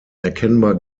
erkennbar